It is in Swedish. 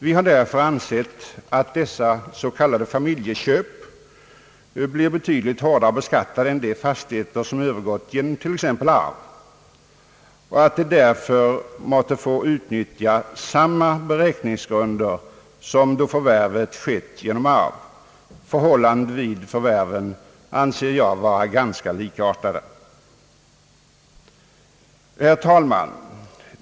Vi har därför ansett att dessa s.k. familjeköp blir betydligt hårdare beskattade än de fastigheter som övergått genom arv och att man därför bör få utnyttja samma beräkningsgrunder som då förvärvet skett genom arv. Förhållandena vid förvärven anser jag vara ganska likartade. Herr talman!